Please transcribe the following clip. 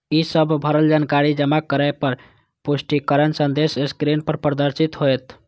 ई सब भरल जानकारी जमा करै पर पुष्टिकरण संदेश स्क्रीन पर प्रदर्शित होयत